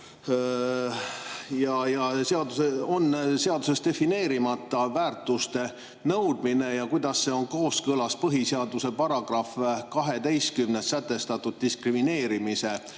on seaduses defineerimata väärtuste nõudmine ja kuidas see on kooskõlas põhiseaduse §‑s 12 sätestatud diskrimineerimise